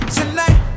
tonight